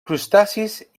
crustacis